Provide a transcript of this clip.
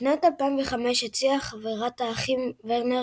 בשנת 2005 הציעה חברת האחים וורנר